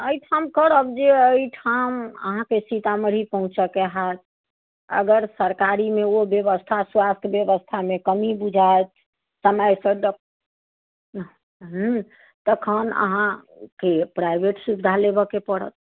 एहिठाम करब जे एहिठाम अहाँकेँ सीतामढ़ी पहुँचऽके होएत अगर सरकारीमे ओ व्यवस्था स्वास्थ व्यवस्थामे कमी बुझाएत समयसँ डक हूँ तखन अहाँकेँ प्राइवेट सुविधा लेबऽके पड़त